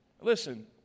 Listen